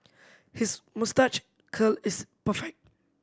his moustache curl is perfect